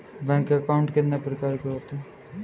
Bank account कितने प्रकार के होते हैं?